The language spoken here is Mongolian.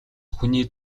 хүний